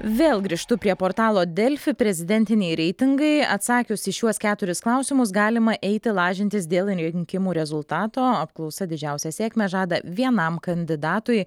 vėl grįžtu prie portalo delfi prezidentiniai reitingai atsakius į šiuos keturis klausimus galima eiti lažintis dėl rinkimų rezultato apklausa didžiausią sėkmę žada vienam kandidatui